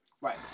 Right